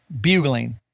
bugling